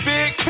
Big